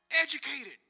Educated